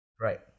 Right